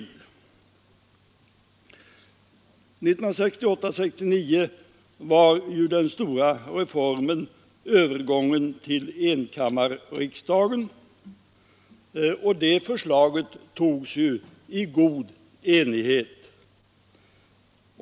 Åren 1968—1969 var ju den stora reformen övergången till enkammarriksdagen, och det beslutet togs i god enighet.